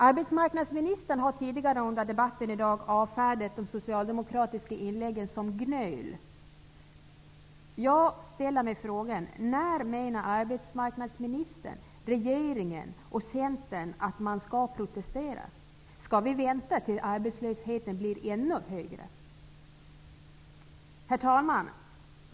Arbetsmarknadsministern har tidigare under debatten i dag avfärdat de socialdemokratiska inläggen som ''gnöl''. Jag ställer mig frågan: När menar arbetsmarknadsministern, regeringen och Centern att man skall protestera? Skall vi vänta tills arbetslösheten blir ännu högre? Herr talman!